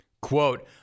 Quote